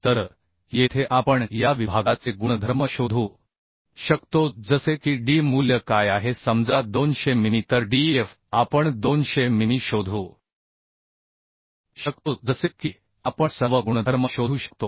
तर येथे आपण या विभागाचे गुणधर्म शोधू शकतो जसे की D मूल्य काय आहे समजा 200 मिमी तर Df आपण 200 मिमी शोधू शकतो जसे की आपण सर्व गुणधर्म शोधू शकतो